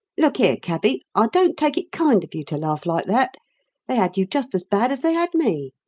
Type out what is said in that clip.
look here, cabby, i don't take it kind of you to laugh like that they had you just as bad as they had me.